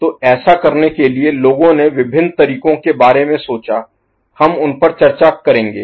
तो ऐसा करने के लिए लोगों ने विभिन्न तरीकों के बारे में सोचा हम उन पर चर्चा करेंगे